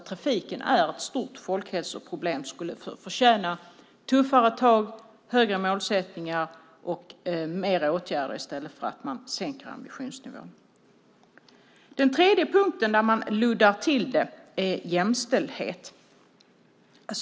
Trafiken är ett stort folkhälsoproblem och förtjänar tuffare tag, högre målsättningar och fler åtgärder i stället för en sänkt ambitionsnivå. Den tredje punkten där man luddar till det är jämställdhet.